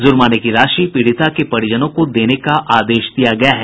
जुर्माने की राशि पीड़िता के परिजनों को देने का आदेश दिया गया है